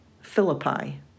Philippi